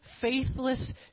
faithless